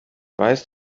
weiß